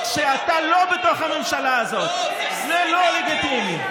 עכשיו, כשאתה לא בתוך הממשלה הזאת, זה לא לגיטימי.